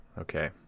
Okay